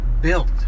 built